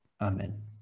Amen